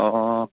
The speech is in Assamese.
অ'